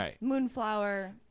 Moonflower